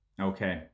Okay